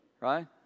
Right